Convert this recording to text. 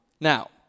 Now